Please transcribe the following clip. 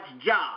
job